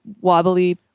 wobbly